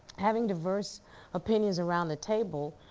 having diverse opinions around the table